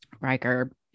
Riker